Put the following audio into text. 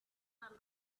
than